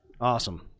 awesome